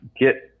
get